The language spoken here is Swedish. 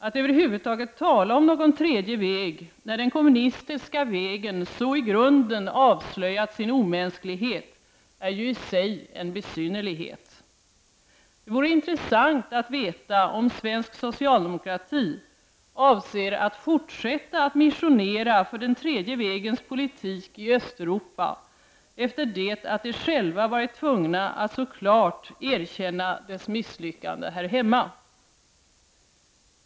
Att över huvud taget tala om någon tredje väg när den kommunistiska vägen så i grunden avslöjat sin omänsklighet är ju i sig en besynnerlighet. Det vore intressant att veta om svensk socialdemokrati avser att fortsätta att missionera för den tredje vägens politik i Östeuropa efter det att socialdemokraterna själva varit tvungna att så klart erkänna sina misslyckanden här hemma.